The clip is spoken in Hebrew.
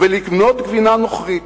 ולקנות גבינה נוכרית?